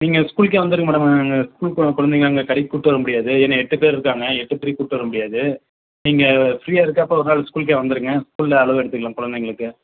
நீங்கள் ஸ்கூலுக்கே வந்துடுங்க மேடம் நாங்கள் ஸ்கூலுக்கு வர குழந்தைங்களை அங்கே கடைக்கு கூட்டு வர முடியாது ஏன்னா எட்டு பேர் இருக்காங்க எட்டு பேரையும் கூட்டு வர முடியாது நீங்கள் ஃப்ரியாக இருக்கிறப்ப ஒரு நாள் ஸ்கூலுக்கே வந்துடுங்க ஸ்கூலில் அளவு எடுத்துக்கலாம் குழந்தைங்களுக்கு